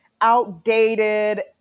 outdated